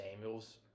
Samuels